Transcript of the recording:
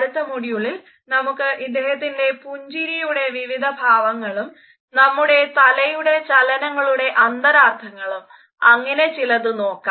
അടുത്ത മോഡ്യൂളിൽ നമുക്ക് ഇദ്ദേഹത്തിൻറെ പുഞ്ചിരിയുടെ വിവിധ ഭാവങ്ങളും നമ്മുടെ തലയുടെ ചലനങ്ങളുടെ ആന്തരാർത്ഥങ്ങളും അങ്ങനെയുള്ള ചിലത് നോക്കാം